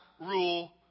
rule